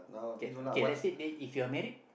okay okay let's say then if you're married